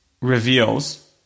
reveals